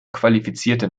qualifizierte